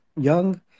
young